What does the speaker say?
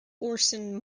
orson